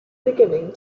beginning